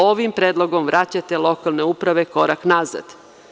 Ovim predlogom, vraćate lokalne uprave korak nazad.